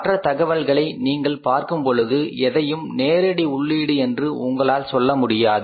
மற்ற தகவல்களை நீங்கள் பார்க்கும் பொழுது எதையும் நேரடி உள்ளீடு என்று உங்களால் சொல்ல முடியாது